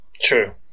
True